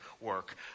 work